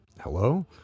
hello